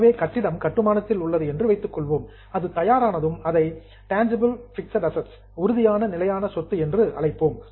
எனவே கட்டிடம் கட்டுமானத்தில் உள்ளது என்று வைத்துக் கொள்வோம் அது தயாரானதும் அதை டான்ஜிபிள் பிக்ஸட் அசட்ஸ் உறுதியான நிலையான சொத்து என்று அழைப்போம்